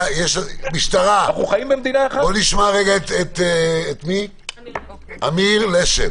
משטרה, בואו נשמע רגע את אמיר לשם.